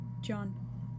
John